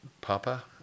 Papa